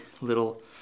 little